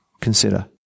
Consider